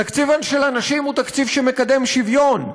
תקציב של אנשים הוא תקציב שמקדם שוויון: